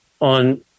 on